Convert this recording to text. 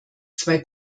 zwei